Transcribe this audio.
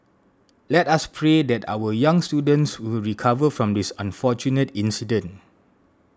let us pray that our young students will recover from this unfortunate incident